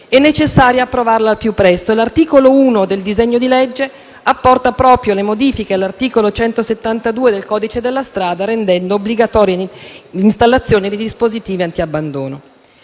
è necessario approvarla al più presto. L'articolo 1 del disegno di legge apporta proprio le modifiche all'articolo 172 del codice della strada rendendo obbligatoria l'installazione di dispositivi antiabbandono.